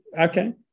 Okay